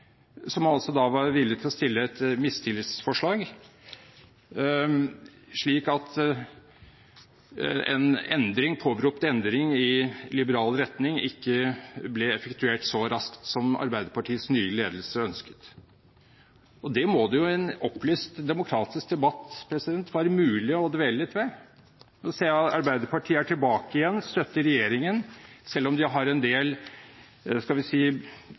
som man var villig til å sette frem et mistillitsforslag om, slik at en påberopt endring i liberal retning ikke ble effektuert så raskt som Arbeiderpartiets nye ledelse ønsket. Det må det i en opplyst demokratisk debatt være mulig å dvele litt ved. Nå ser jeg at Arbeiderpartiet er tilbake igjen og støtter regjeringen, selv om de har en del – skal vi si